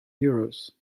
euros